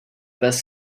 best